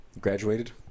Graduated